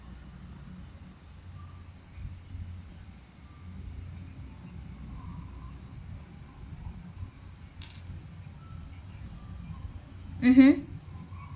mmhmm